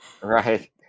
right